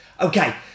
Okay